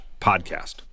podcast